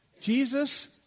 Jesus